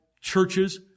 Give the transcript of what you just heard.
churches